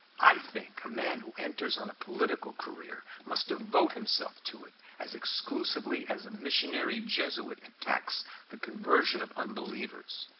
i think a man who enters on a political career must devote himself to it as exclusively as a missionary jesuit attacks the conversion of unbelievers,